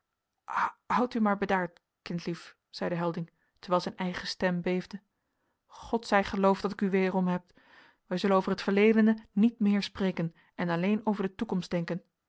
hou u maar bedaard kindlief zeide helding terwijl zijn eigen stem beefde god zij geloofd dat ik u weerom heb wij zullen over het verledene niet meer spreken en alleen over de toekomst denken